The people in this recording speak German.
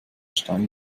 stein